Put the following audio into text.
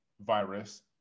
virus